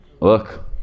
Look